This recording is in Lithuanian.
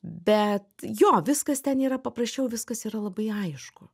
bet jo viskas ten yra paprasčiau viskas yra labai aišku